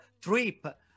trip